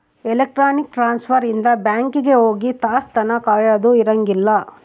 electronic transfer ಇಂದ bank ಹೋಗಿ ತಾಸ್ ತನ ಕಾಯದ ಇರಂಗಿಲ್ಲ